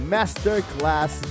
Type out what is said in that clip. Masterclass